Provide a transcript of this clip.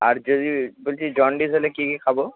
আর যদি বলছি জন্ডিস হলে কী কী খাব